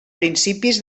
principis